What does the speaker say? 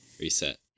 Reset